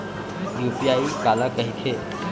UPI काला कहिथे?